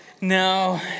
No